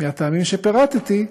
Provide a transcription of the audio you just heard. מהטעמים שפירטתי,